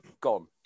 Gone